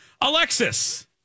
Alexis